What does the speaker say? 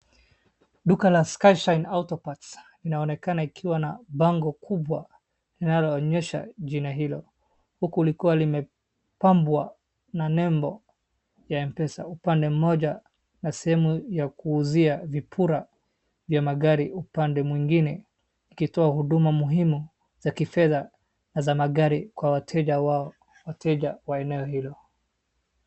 Duka la Sky Shine Auto Parts inaonekana ikiwa na bango kubwa linaloonyesha jina hilo, uku likuwa limepambwa na nembo ya M-pesa upande mmoja na sehemu ya kuuzia vipura ya magari upande mwingine ukitoa huduma muhimu, za kifedha na za magari kwa wateja wao wateja wa eneo hilo.